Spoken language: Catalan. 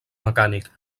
mecànic